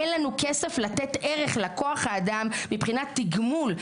אין לנו כסף לתת ערך לכוח האדם מבחינת תגמול,